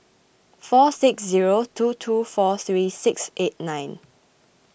four six zero two two four three six eight nine